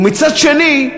ומצד שני,